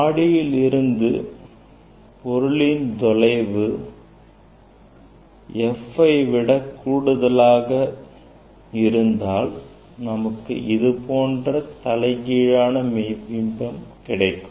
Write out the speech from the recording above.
ஆடியில் இருந்து பொருளின் தொலைவு Fஐ விட கூடுதலாக இருந்தால் நமக்கு இதுபோன்ற தலைகீழான மெய்பிம்பம் கிடைக்கும்